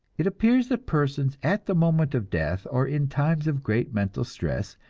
it appears that persons at the moment of death, or in times of great mental stress,